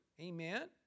amen